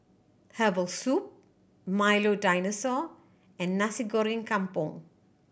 herbal soup Milo Dinosaur and Nasi Goreng Kampung